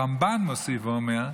הרמב"ן מוסיף ואומר: